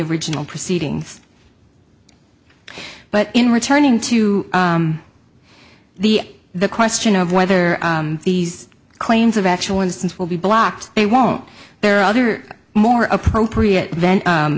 original proceedings but in returning to the the question of whether these claims of actual instance will be blocked they won't there are other more appropriate then